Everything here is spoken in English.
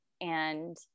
and-